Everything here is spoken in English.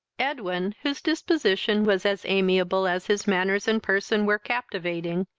edwin, whose disposition was as amiable as his manners and person were captivating,